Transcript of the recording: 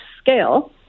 scale